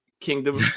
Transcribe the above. Kingdom